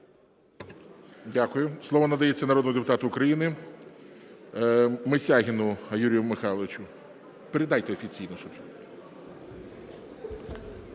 Дякую. Слово надається народному депутату України Мисягіну Юрію Михайловичу. Передайте офіційно.